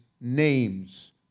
name's